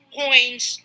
points